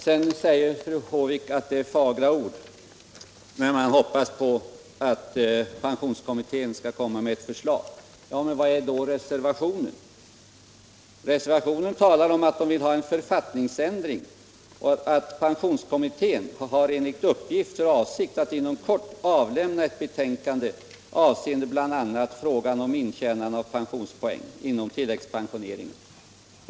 Sedan säger fru Håvik att det är fagra ord när man hoppas att pensionskommittén skall lägga fram ett förslag. Men vad innebär då reservationen? Reservanterna talar om att de vill ha en författningsändring och anför att pensionskommittén ”har enligt uppgift för avsikt att inom kort avlämna ett betänkande avseende bl.a. frågan om intjänande av pensionspoäng inom tilläggspensioneringen.